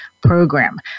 program